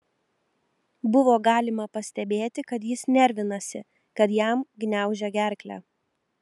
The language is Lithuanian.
buvo galima pastebėti kad jis nervinasi kad jam gniaužia gerklę